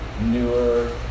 newer